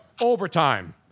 overtime